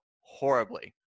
horribly